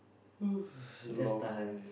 we just tahan